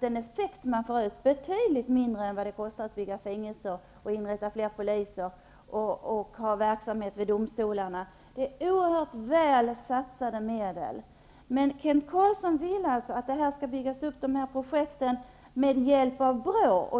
den effekt som man får ut kostar det betydligt mindre än vad det kostar att bygga fängelser, inrätta fler polistjänster och ha i gång verksamhet vid domstolarna. Det rör sig om oerhört väl satsade medel. Men Kent Carlsson vill alltså att dessa projekt skall byggas upp med hjälp av BRÅ.